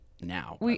now